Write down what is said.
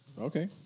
Okay